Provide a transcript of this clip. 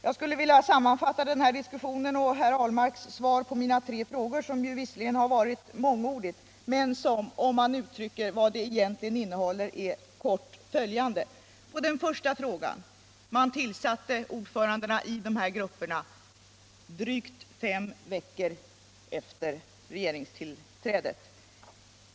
Jag skulle vilja sammanfatta den här diskussionen och herr Ahlmarks svar på mina tre frågor, som visserligen har varit mångordigt men som - om man uttrycker vad det egentligen innehåller — är kort följande: Svaret på den första frågan: Man tillsatte ordförandena i de två grupperna drygt fem veckor efter regeringstillträdet.